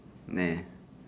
no